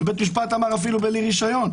בית המשפט אמר אפילו בלי רישיון.